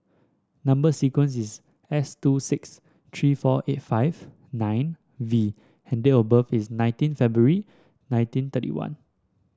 number sequence is S two six three four eight five nine V and date of birth is nineteen February nineteen thirty one